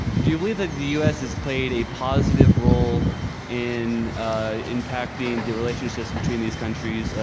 do you believe that the us has played a positive role in impacting the relationships between these countries,